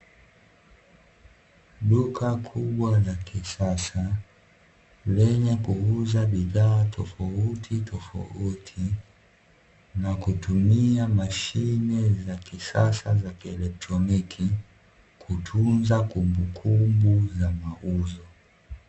Duka kubwa la kisasa lenye kuuza bidhaa tofautitofauti, na kutumia mashine za kisasa za kieletroniki, kutunza kumbukumbu za mauzo.